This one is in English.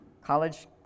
college